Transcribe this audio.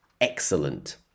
excellent